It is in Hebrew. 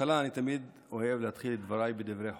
אני תמיד אוהב להתחיל את דבריי בדברי חוכמה.